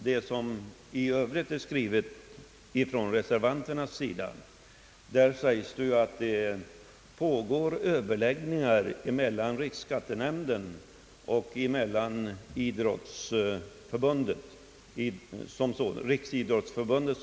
Herr talman! I reservanternas skrivning hänvisas till att det pågår överläggningar mellan riksskattenämnden och Riksidrottsförbundet.